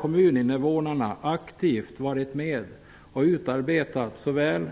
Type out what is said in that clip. Kommuninvånarna har ju aktivt varit med och arbetat fram såväl